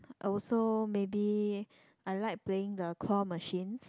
I also maybe I like playing the claw machines